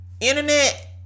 internet